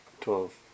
twelve